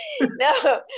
No